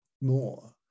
more